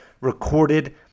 recorded